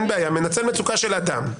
מנצל מצוקה של אדם.